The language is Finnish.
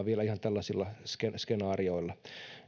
vielä kauheasti spekuloimaan ihan tällaisilla skenaarioilla